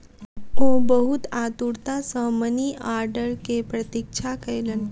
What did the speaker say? ओ बहुत आतुरता सॅ मनी आर्डर के प्रतीक्षा कयलैन